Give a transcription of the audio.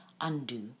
undo